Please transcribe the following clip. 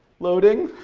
loading,